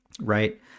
right